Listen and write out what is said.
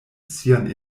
sian